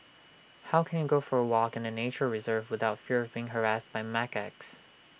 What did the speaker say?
how can you go for A walk in A nature reserve without fear of being harassed by macaques